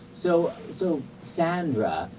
so, so sandra,